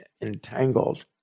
entangled